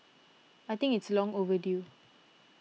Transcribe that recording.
I think it's long overdue